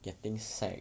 getting sacked